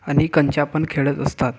आणि कंचा पण खेळत असतात